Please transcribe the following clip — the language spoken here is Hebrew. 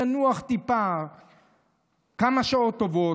ינוח טיפה כמה שעות טובות,